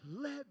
Let